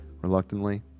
Reluctantly